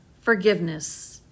forgiveness